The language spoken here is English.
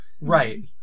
Right